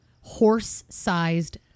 horse-sized